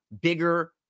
bigger